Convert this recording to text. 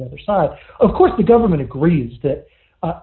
the other side of course the government agrees that